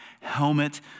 helmet